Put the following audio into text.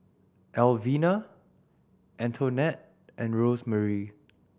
Elvina Antonette and Rosemarie